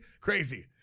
crazy